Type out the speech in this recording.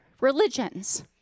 religions